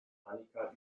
annika